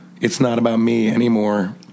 it's-not-about-me-anymore